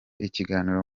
ikiganiro